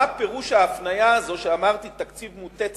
מה פירוש ההפניה הזאת שאמרתי, תקציב מוטה צמיחה,